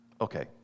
Okay